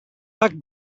tak